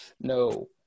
no